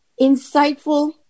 insightful